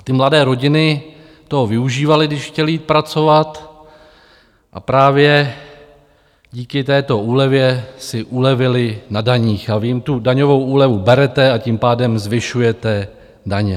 Ty mladé rodiny toho využívaly, když chtěly jít pracovat, a právě díky této úlevě si ulevily na daních a vy jim tu daňovou úlevu berete a tím pádem zvyšujete daně.